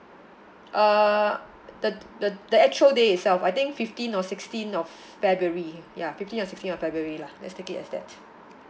uh the the the actual day itself I think fifteenth or sixteenth of february ya fifteenth or sixteenth february lah let's take it as that